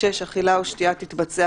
אכילה או שתייה תתבצע,